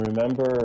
remember